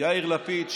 יאיר לפיד,